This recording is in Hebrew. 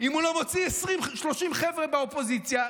אם הוא לא מוציא 20 30 חבר'ה מהאופוזיציה,